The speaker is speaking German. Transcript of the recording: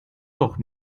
doch